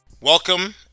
Welcome